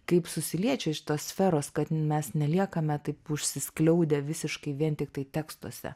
kaip susiliečia šitos sferos kad mes neliekame taip užsiskliaudę visiškai vien tiktai tekstuose